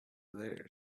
there